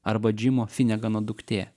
arba džimo finegano duktė